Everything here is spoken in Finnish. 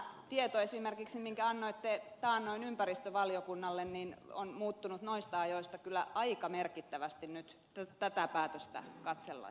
esimerkiksi tämä tieto minkä annoitte taannoin ympäristövaliokunnalle on muuttunut noista ajoista kyllä aika merkittävästi tätä päätöstä katsellessa